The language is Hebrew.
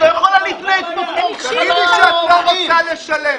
את לא יכולה להתנהג --- תגידי שאת לא רוצה לשלם,